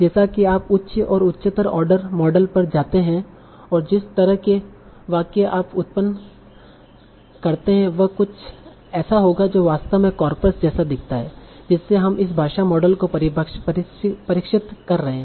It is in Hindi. जैसा कि आप उच्च और उच्चतर ऑर्डर मॉडल पर जाते हैं और जिस तरह के वाक्य आप उत्पन्न करते हैं वह कुछ ऐसा होगा जो वास्तव में कॉर्पस जैसा दिखता है जिससे हम इस भाषा मॉडल को प्रशिक्षित कर रहे हैं